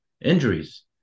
injuries